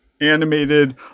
animated